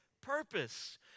purpose